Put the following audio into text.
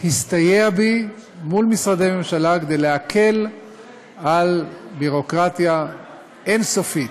להסתייע בי מול משרדי ממשלה כדי להקל על ביורוקרטיה אין-סופית.